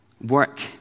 work